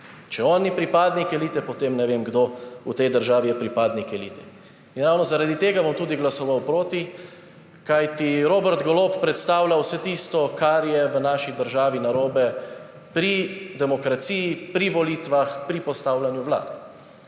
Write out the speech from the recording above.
Če on ni pripadnik elite, potem ne vem, kdo v tej državi je pripadnik elite. Ravno zaradi tega bom tudi glasoval proti, kajti Robert Golob predstavlja vse tisto, kar je v naši državi narobe pri demokraciji, pri volitvah, pri postavljanju vlad.